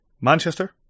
Manchester